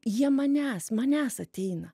jie manęs manęs ateina